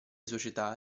società